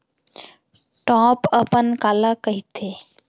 Top अपन काला कहिथे?